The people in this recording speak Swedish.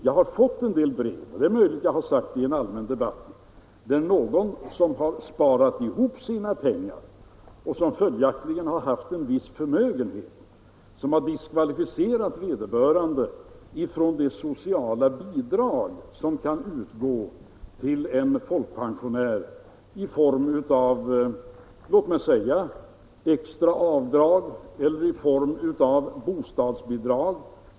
Det är möjligt att jag har sagt i en allmän debatt att det är någon som har sparat ihop sina pengar och som följaktligen har haft en viss förmögenhet, som diskvalificerat honom från att få de sociala bidrag som kan utgå till en folkpensionär i form av låt mig säga extra avdrag eller som bostadsbidrag.